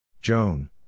Joan